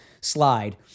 slide